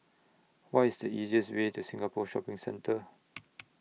What IS The easiest Way to Singapore Shopping Centre